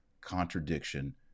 contradiction